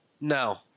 no